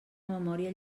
memòria